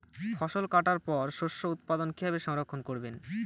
ফসল কাটার পর শস্য উৎপাদন কিভাবে সংরক্ষণ করবেন?